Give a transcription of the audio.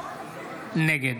נגד